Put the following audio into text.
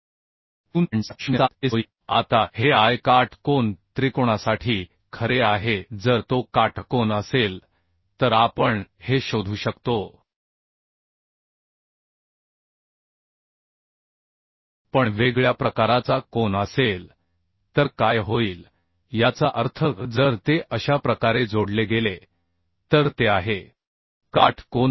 707S होईल आता हे I काट कोन त्रिकोणासाठी खरे आहे जर तो काटकोन असेल तर आपण हे शोधू शकतो पण वेगळ्या प्रकाराचा कोन असेल तर काय होईल याचा अर्थ जर ते अशा प्रकारे जोडले गेले तर ते आहे काट कोन नाही